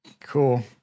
Cool